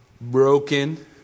broken